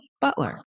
Butler